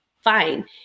fine